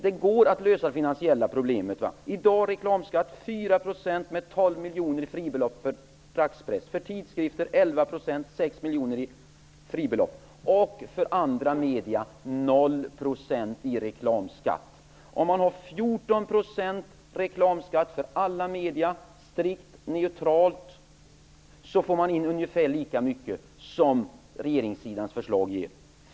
Det går att lösa det finansiella problemet. I dag har vi en reklamskatt på 4 % med 12 miljoner kronor i fribelopp för dagspress, 11 % för tidskrifter med 6 miljoner kronor i fribelopp och 0 % i reklamskatt för andra medier. Om man har 14 % reklamskatt för alla medier, strikt neutralt, får man in ungefär lika mycket som regeringssidans förslag ger.